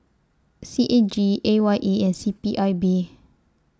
C A G A Y E and C P I B